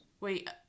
Wait